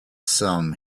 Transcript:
sum